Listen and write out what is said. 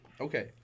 Okay